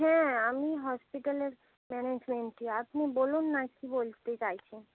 হ্যাঁ আমি হসপিটালের ম্যানেজমেন্টের আপনি বলুন না কি বলতে চাইছেন